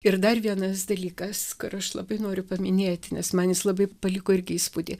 ir dar vienas dalykas kur aš labai noriu paminėti nes man jis labai paliko irgi įspūdį